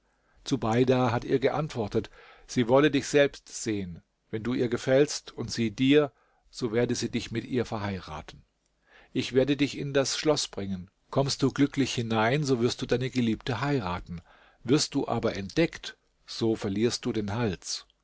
zubeida hat ihr geantwortet sie wolle dich selbst sehen wenn du ihr gefällst und sie dir so werde sie dich mit ihr verheiraten ich werde dich in das schloß bringen kommst du glücklich hinein so wirst du deine geliebte heiraten wirst du aber entdeckt so verlierst du den hals